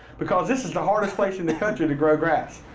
because this is the hardest place in the country to grow grass.